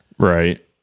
Right